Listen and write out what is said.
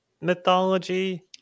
mythology